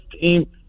team